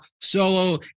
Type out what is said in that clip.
Solo